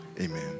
amen